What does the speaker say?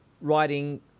writing